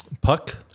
Puck